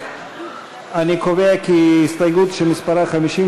אני קובע כי ההסתייגות שמספרה 52